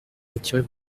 retirez